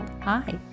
Hi